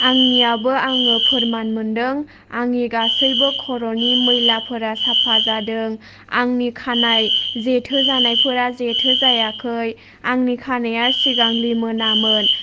आंनियाबो आङो फोरमान मोनदों आंनि गासैबो खर'नि मैलाफोरा साफा जादों आंनि खानाइ जेथो जानायफोरा जेथो जायाखै आंनि खानाया सिगां लिमोनामोन